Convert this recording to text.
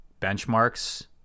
benchmarks